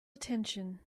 attention